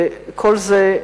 כל זה,